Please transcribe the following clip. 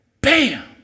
bam